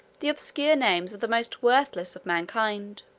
the obscure names of the most worthless of mankind.